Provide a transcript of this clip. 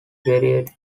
variants